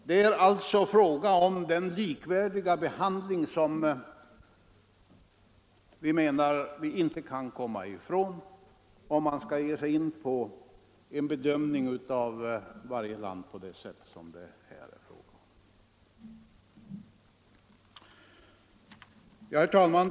Det är alltså här fråga om den likvärdiga behandling som vi anser att man inte kan komma ifrån, om man skall ge sig in på en bedömning av varje land på det sätt som det här är fråga om. Herr talman!